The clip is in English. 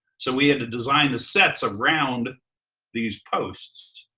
so we had to design the sets around these posts.